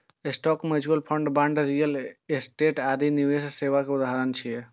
stock, mutual fund, bond, real estate आदि निवेश सेवा के उदाहरण छियै